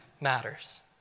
matters